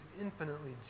infinitely